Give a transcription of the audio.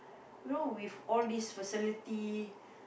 you know with all these facilities